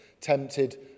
tempted